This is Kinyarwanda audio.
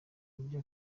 buryo